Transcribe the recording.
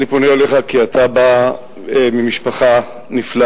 אני פונה אליך כי אתה בא ממשפחה נפלאה.